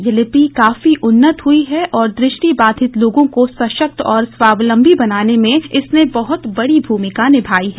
यह लिपि काफी उन्नत हुई है और दृष्टिबाधित लोगों को सशक्त और स्वावलंबी बनाने में इसने बहुत बड़ी भूमिका निभायी है